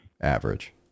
Average